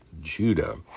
Judah